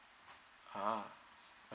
ah